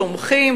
תומכים,